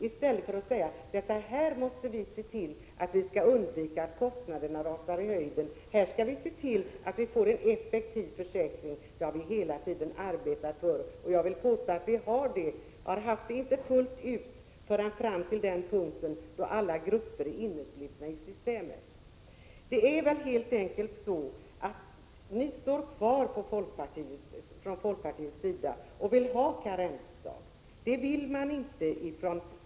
I stället kunde man säga: Nu måste vi se tillatt kostnaderna inte rusar i höjden. Här skall vi se till att vi får en effektiv försäkring. Det har vi hela tiden arbetat för. Jag vill påstå att vi har en effektiv försäkring, fastän inte fullt ut förrän alla grupper är inneslutna i systemet. Det är väl helt enkelt så att ni från folkpartiet fortfarande vill ha karensdagar. Moderaterna vill inte längre det.